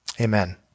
Amen